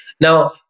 Now